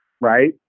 right